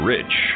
Rich